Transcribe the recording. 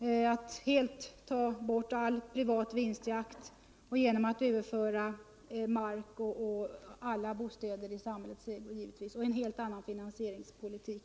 såsom att helt ta bort all vinstjakt genom att överföra mark och alla bostäder i samhällets ägo samt givetvis att föra en helt annan bostadspolitik.